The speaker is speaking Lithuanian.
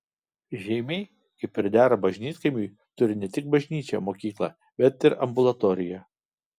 žeimiai kaip ir dera bažnytkaimiui turi ne tik bažnyčią mokyklą bet ir ambulatoriją